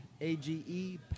A-G-E